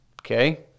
Okay